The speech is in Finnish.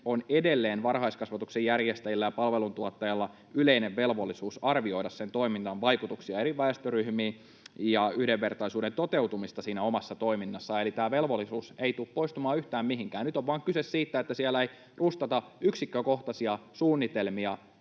on edelleen varhaiskasvatuksen järjestäjillä ja palveluntuottajalla yleinen velvollisuus arvioida sen toiminnan vaikutuksia eri väestöryhmiin ja yhdenvertaisuuden toteutumista siinä omassa toiminnassaan. Eli tämä velvollisuus ei tule poistumaan yhtään mihinkään. Nyt on vain kyse siitä, että siellä ei rustata yksikkökohtaisia suunnitelmia